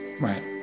right